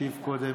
קודם